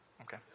Okay